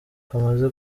kamaze